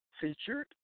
Featured